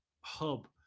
hub